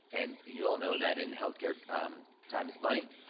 and you all know that in healthcare time is money,